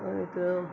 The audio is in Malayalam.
ഇത്